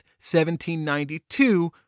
1792